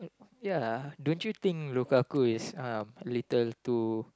ya don't you think Lukaku is uh little too